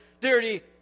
dirty